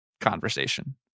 conversation